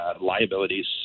Liabilities